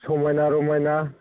समायना रमायना